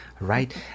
right